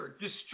destroy